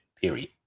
period